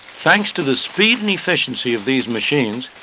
thanks to the speed and efficiency of these machines,